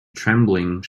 trembling